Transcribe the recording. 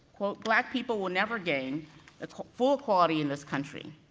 quote, black people will never gain full equality in this country.